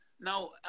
Now